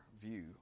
view